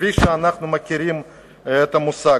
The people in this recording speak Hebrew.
כפי שאנחנו מכירים את המושג.